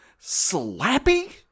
slappy